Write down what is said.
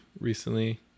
recently